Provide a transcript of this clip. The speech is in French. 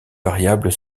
variables